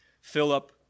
Philip